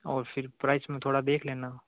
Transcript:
और फिर प्राइस में थोड़ा देख लेना